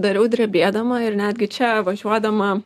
dariau drebėdama ir netgi čia važiuodama